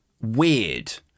weird